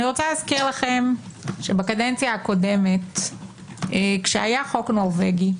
אני רוצה להזכיר לכם שבקדנציה הקודמת כשהיה חוק נורבגי,